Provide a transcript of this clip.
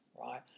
right